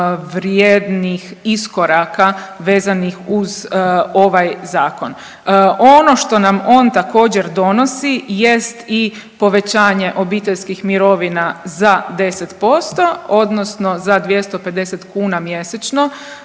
vrijednih iskoraka vezanih uz ovaj zakon. Ono što nam on također donosi jest i povećanje obiteljskih mirovina za 10% odnosno za 250 kuna mjesečno